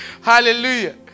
Hallelujah